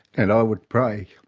and i would pray.